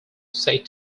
said